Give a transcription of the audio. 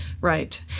right